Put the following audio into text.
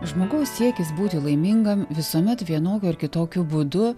žmogaus siekis būti laimingam visuomet vienokiu ar kitokiu būdu